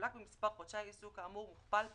מחולק במספר חודשי העיסוק כאמור ומוכפל ב-2,